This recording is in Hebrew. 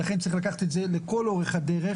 ולכן, צריך לקחת את זה לכל אורך הדרך.